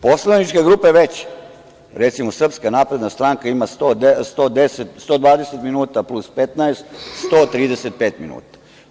Poslaničke grupe koje su veće, recimo, Srpska napredna stranka, ima 120 minuta plus 15, ukupno 135 minuta.